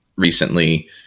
recently